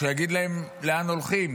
שיגיד להם לאן הולכים.